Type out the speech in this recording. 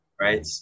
right